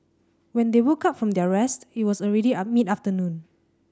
when they woke up from their rest it was already mid afternoon